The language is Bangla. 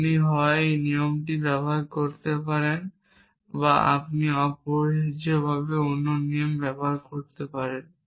আপনি হয় একটি নিয়ম ব্যবহার করতে পারেন বা আপনি অপরিহার্যভাবে অন্য নিয়ম ব্যবহার করতে পারেন